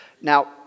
Now